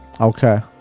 Okay